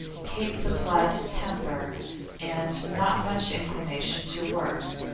kate supplied temper and not much inclination to work.